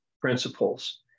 Principles